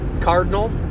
Cardinal